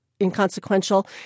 inconsequential